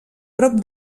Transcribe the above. prop